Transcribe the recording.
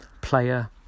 player